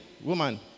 woman